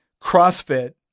CrossFit